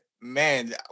man